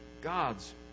God's